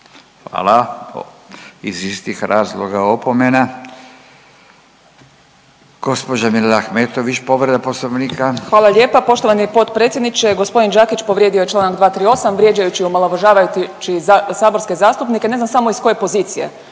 Hvala. Iz istih razloga opomena. Gđa. Mirela Ahmetović povreda poslovnika. **Ahmetović, Mirela (SDP)** Hvala lijepa poštovani potpredsjedniče, g. Đakić povrijedio je čl. 238. vrijeđajući i omalovažavajući saborske zastupnike, ne znam samo iz koje pozicije,